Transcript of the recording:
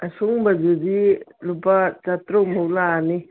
ꯑꯁꯨꯡꯕꯗꯨꯗꯤ ꯂꯨꯄꯥ ꯆꯥꯇ꯭ꯔꯨꯛꯃꯨꯛ ꯂꯥꯛꯑꯅꯤ